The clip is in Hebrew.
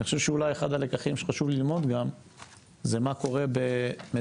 אני חושב שאולי אחד הלקחים שחשוב ללמוד גם זה מה קורה במדינה